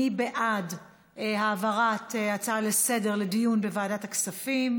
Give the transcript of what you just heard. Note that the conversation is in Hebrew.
מי בעד העברת ההצעה לסדר-היום לדיון בוועדת הכספים?